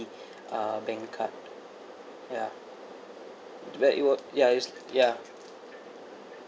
uh bank card ya but it was ya ya